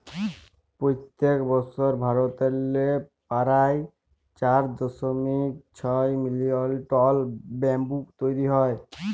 পইত্তেক বসর ভারতেল্লে পারায় চার দশমিক ছয় মিলিয়ল টল ব্যাম্বু তৈরি হ্যয়